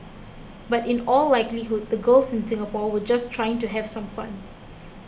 but in all likelihood the girls in Singapore were just trying to have some fun